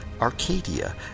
Arcadia